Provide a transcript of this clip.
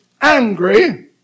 angry